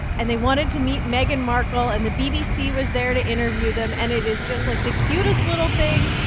and they wanted to meet meghan markle. and the bbc was there to interview them. and it is just, like, the cutest little thing.